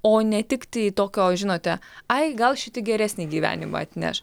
o ne tiktai tokio žinote ai gal šiti geresnį gyvenimą atneš